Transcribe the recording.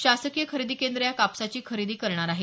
शासकीय खरेदी केंद्र या कापसाची खरेदी करणार आहे